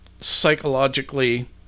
psychologically